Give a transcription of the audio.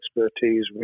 expertise